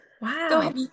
wow